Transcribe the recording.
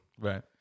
right